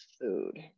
food